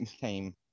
came